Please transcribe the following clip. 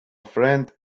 friend